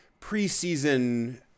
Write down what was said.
preseason